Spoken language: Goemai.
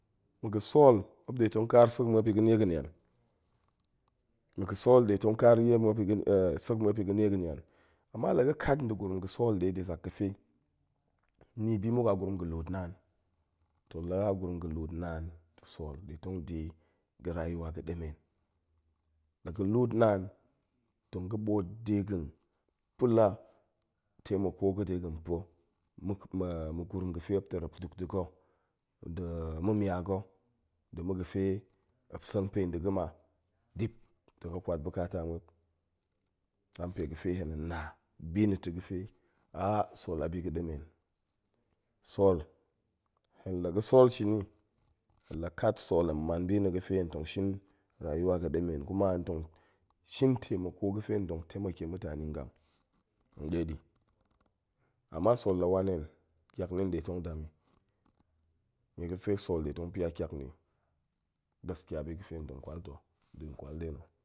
Ma̱ ga̱ sool, muop ɗe kaar sek muop i ga̱ nie ga̱ nian-ma̱ ga̱ sool ɗe tong kaar ɗie sek muop i ga̱ nie ga̱ nian. ama la ga̱ kat nda̱ gurum ga̱ sool ɗe ɗi zak ga̱ fe ni bi muk a gurum ga̱ luut naan, toh la gurum ga̱ luut naan, sool ɗe tong di ga̱ rayuwa ga̱ ɗemen. la ga̱ luut naan, tong ga̱ ɓoot de ga̱ pa̱ la taimako ga̱ de ga̱ pa̱ muk ma̱ gurum ga̱ fe muop terep duk nda̱ ga̱, nda̱ ma̱ mia ga̱, nda̱ ma̱ ga̱ fe muop seng pe nda̱ ga̱ ma, dip tong ga̱ kwat bukata muop, an pe ga̱ fe hen-hen na bi na̱ toh ga̱ fe sool a bi ga̱ ɗemen. sool, hen la ga̱ sool shini, hen la kat sool hen man bi na̱ ga̱ fe hen tong shin rayuwa ga̱ ɗemen kuma hen tong shin taimako ga̱ fe hen tong taimake mutane ngam nɗeɗi, ama sool la wan hen, ƙiak na̱ nɗe tong dam i nie ga̱ fe sool nɗe tong pia ƙiak ni. gaskiya bi ga̱ fe tong kwal ta̱ nɗin kwal na̱